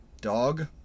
dog